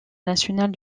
nationale